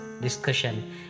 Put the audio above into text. discussion